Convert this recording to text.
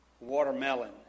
watermelon